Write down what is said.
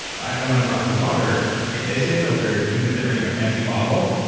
i want a glass of water. if they say filtered, even if they bring it in a fancy bottle,